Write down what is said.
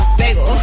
bagel